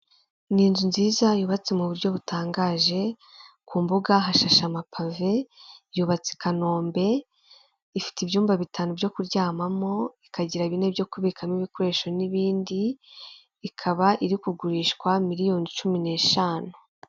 Imodoka yo mu bwoko bwa dayihatsu yifashishwa mu gutwara imizigo ifite ibara ry'ubururu ndetse n'igisanduku cy'ibyuma iparitse iruhande rw'umuhanda, aho itegereje gushyirwamo imizigo. Izi modoka zikaba zifashishwa mu kworoshya serivisi z'ubwikorezi hirya no hino mu gihugu. Aho zifashishwa mu kugeza ibintu mu bice bitandukanye by'igihugu.